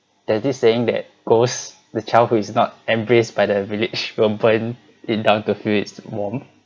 there this saying that goes the childhood is not embraced by the village will burn in down to feel its warmth